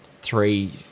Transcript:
three